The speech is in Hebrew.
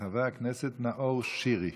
חבר הכנסת נאור שירי,